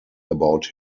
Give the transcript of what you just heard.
about